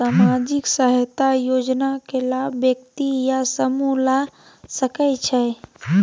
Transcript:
सामाजिक सहायता योजना के लाभ व्यक्ति या समूह ला सकै छै?